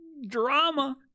Drama